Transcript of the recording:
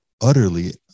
utterly